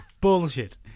bullshit